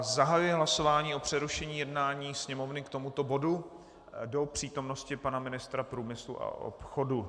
Zahajuji hlasování o přerušení jednání Sněmovny k tomuto bodu do přítomnosti pana ministra průmyslu a obchodu.